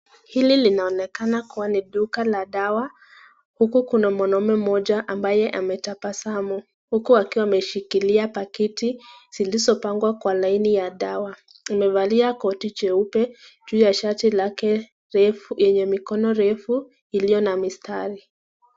Hili linaonekana kua ni duka la dawa, huku kuna na mwanaume mmoja ambaye ametabasamu huku akiwa ameshikilia paketi zilizo pangwa kwa laini ya dawa, huku amevalia koti cheupe na shati lake lenye mikono refu iliyo na mistari.